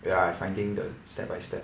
wait ah I finding the step by step